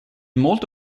molte